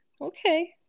Okay